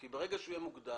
כי ברגע שהוא יהיה מוגדר,